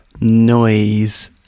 noise